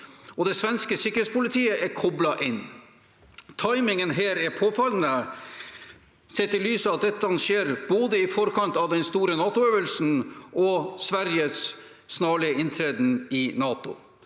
Det svenske sikkerhetspolitiet er koblet inn. Timingen er påfallende sett i lys av at dette skjer i forkant av den store NATO-øvelsen og av Sveriges snarlige inntreden i NATO.